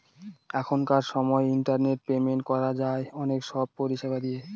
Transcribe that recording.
এখনকার সময় internet payment করা যায় অনেক সব পরিষেবা দিয়ে